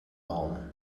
warm